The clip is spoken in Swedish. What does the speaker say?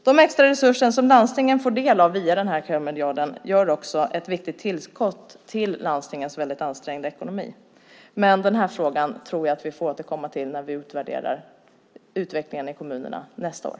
De extra resurser som landstingen via kömiljarden får del av ger ett viktigt tillskott till landstingens ansträngda ekonomi, men den frågan tror jag att vi får återkomma till när vi utvärderar utvecklingen i kommunerna nästa år.